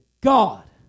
God